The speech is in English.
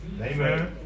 Amen